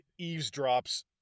eavesdrops